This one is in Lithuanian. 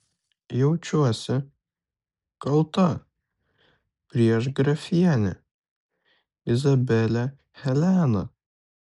jaučiuosi kalta prieš grafienę izabelę heleną